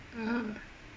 ah